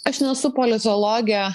aš nesu politologė